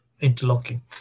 interlocking